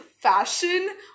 fashion